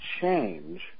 change